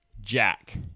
Jack